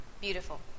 Beautiful